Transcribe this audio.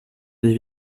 des